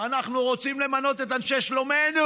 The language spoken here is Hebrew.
אנחנו רוצים למנות את אנשי שלומנו.